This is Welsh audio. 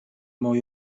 mwy